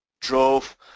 drove